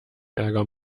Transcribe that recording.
ärger